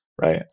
right